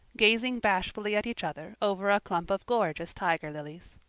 gazing bashfully at each other over a clump of gorgeous tiger lilies.